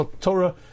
Torah